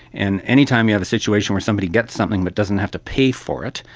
and any time you have a situation where somebody gets something but doesn't have to pay for it,